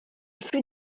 fut